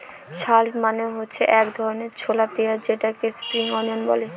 shallot মানে হচ্ছে এক ধরনের ছোলা পেঁয়াজ যেটাকে স্প্রিং অনিয়ন বলে